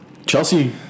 Chelsea